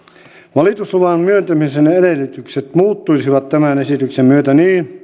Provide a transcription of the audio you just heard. valitusluvan myöntämisen edellytykset muuttuisivat tämän esityksen myötä niin